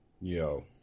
Yo